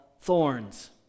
thorns